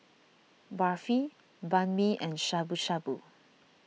Barfi Banh Mi and Shabu Shabu